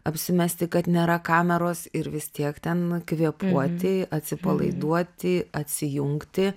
apsimesti kad nėra kameros ir vis tiek ten kvėpuoti atsipalaiduoti atsijungti